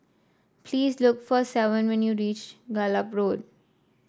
please look for Savon when you reach Gallop Road